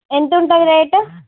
ఎంతుంటుంది రేటు